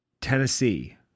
Tennessee